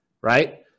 right